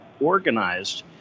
organized